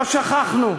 לא שכחנו,